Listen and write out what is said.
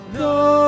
no